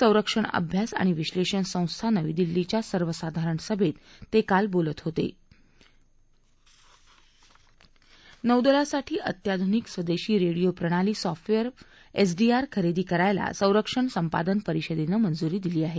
संरक्षण अभ्यास आणि विश्मध्यि संस्था नवी दिल्लीच्या सर्वसाधारण सभर्वीतक्रिाल बोलत होत नौदलासाठी अत्याधुनिक स्वदेशी रेडिओ प्रणाली सॉफ्टवेअर प्रणाली एसडीआर खरेदी करायला संरक्षण संपादन परिषदेनं मंजुरी दिली आहे